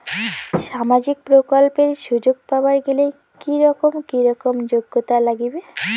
সামাজিক প্রকল্পের সুযোগ পাবার গেলে কি রকম কি রকম যোগ্যতা লাগিবে?